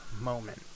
moment